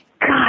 God